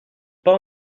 pas